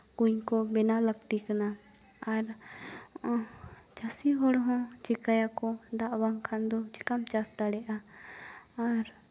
ᱠᱩᱧ ᱠᱚ ᱵᱮᱱᱟᱣ ᱞᱟᱹᱠᱛᱤ ᱠᱟᱱᱟ ᱟᱨ ᱪᱟᱹᱥᱤ ᱦᱚᱲ ᱦᱚᱸ ᱪᱮᱠᱟᱭᱟᱠᱚ ᱫᱟᱜ ᱵᱟᱝᱠᱷᱟᱱ ᱫᱚ ᱪᱮᱠᱟᱢ ᱪᱟᱥ ᱫᱟᱲᱮᱭᱟᱜᱼᱟ ᱟᱨ